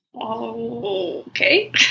okay